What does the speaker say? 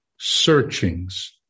searchings